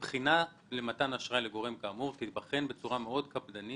בחינה למתן אשראי לגורם כאמור תיבחן בצורה מאוד קפדנית,